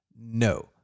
no